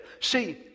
See